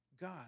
God